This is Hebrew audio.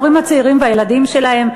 את ההורים הצעירים והילדים שלהם?